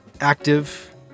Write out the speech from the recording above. active